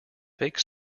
fake